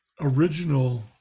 original